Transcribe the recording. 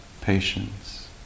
patience